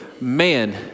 man